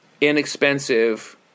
inexpensive